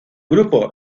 grupo